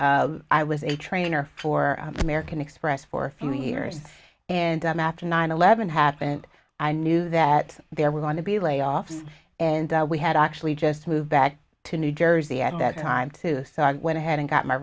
and i was a trainer for american express for a few years and after nine eleven happened i knew that there were going to be layoffs and we had actually just moved back to new jersey at that time too so i went ahead and got my